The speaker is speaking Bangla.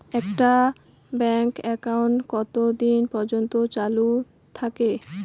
একটা ব্যাংক একাউন্ট কতদিন পর্যন্ত চালু থাকে?